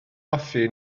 goffi